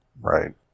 Right